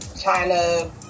China